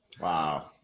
Wow